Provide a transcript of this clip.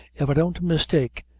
if i don't mistake,